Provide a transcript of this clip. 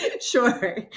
sure